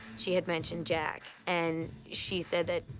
she had mentioned jack, and she said that,